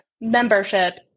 membership